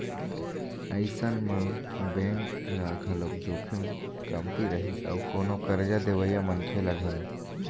अइसन म बेंक ल घलोक जोखिम कमती रही अउ कोनो करजा देवइया मनखे ल घलोक